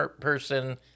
person